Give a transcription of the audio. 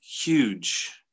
huge